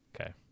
Okay